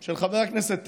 של חבר הכנסת טיבי,